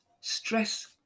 stress